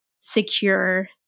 secure